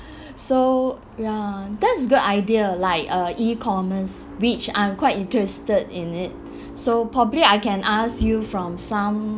so ya that's good idea like uh E-commerce which I'm quite interested in it so probably I can ask you from some